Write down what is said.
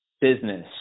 business